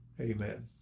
amen